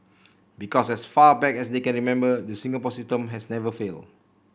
because as far back as they can remember the Singapore system has never failed